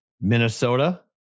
Minnesota